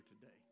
today